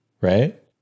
right